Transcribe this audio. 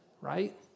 right